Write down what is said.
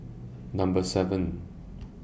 Number seven